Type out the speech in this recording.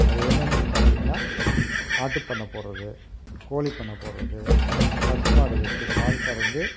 அது என்னென்னனு பார்த்திங்கன்னா ஆட்டுப்பண்ணை போட்றது கோழிப்பண்ணை போட்றது பசுமாடு வச்சு பால் கறந்து